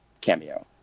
cameo